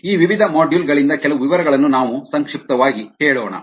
ಈ ವಿವಿಧ ಮಾಡ್ಯೂಲ್ ಗಳಿಂದ ಕೆಲವು ವಿವರಗಳನ್ನು ನಾವು ಸಂಕ್ಷಿಪ್ತವಾಗಿ ಹೇಳೋಣ